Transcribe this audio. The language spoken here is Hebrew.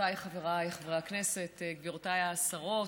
חברותיי וחבריי חברי הכנסת, גבירותיי השרות,